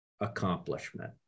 accomplishment